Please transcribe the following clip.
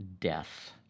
death